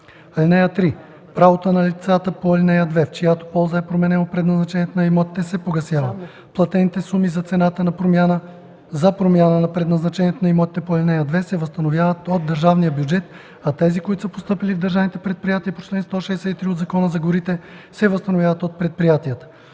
(3) Правото на лицата по ал. 2, в чиято полза е променено предназначението на имотите, се погасява. Платените суми за цената за промяна на предназначението на имотите по ал. 2 се възстановяват от държавния бюджет, а тези, които са постъпили в държавните предприятия по чл. 163 от Закона за горите, се възстановяват от предприятията.